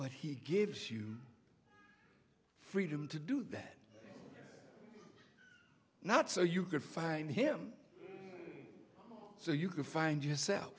but he gives you freedom to do that not so you can find him so you can find yourself